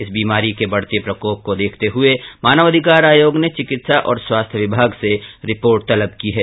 इस बीमारी के बढ़ते प्रकोप को देखते हुए मानव अधिकार आयोग ने चिकित्सा और स्वास्थ्य विभाग से रिपोर्ट मांगी है